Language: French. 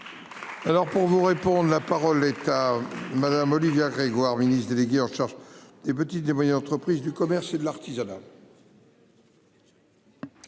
Alors pour vous répondre là. Par l'État madame Olivia Grégoire ministre déléguée en charge et petites et moyennes entreprises du commerce et de l'artisanat.